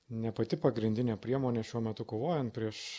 ne pati pagrindinė priemonė šiuo metu kovojant prieš